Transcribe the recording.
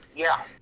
yeah.